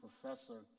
professor